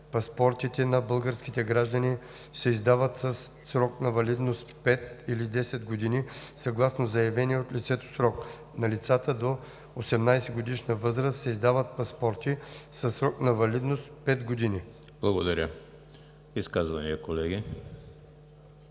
Паспортите на българските граждани се издават със срок на валидност 5 или 10 години съгласно заявения от лицето срок. На лицата до 18-годишна възраст се издават паспорти със срок на валидност 5 години.“ ПРЕДСЕДАТЕЛ